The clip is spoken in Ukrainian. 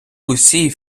усі